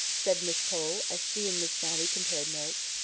said miss pole, as she and miss matty compared notes.